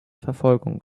verfolgung